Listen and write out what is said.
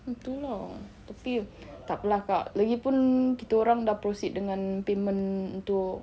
itu lah tapi kak lagipun kita orang sudah proceed dengan payment untuk